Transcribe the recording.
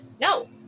no